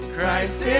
Christ